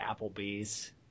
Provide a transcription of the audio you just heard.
Applebee's